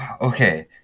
okay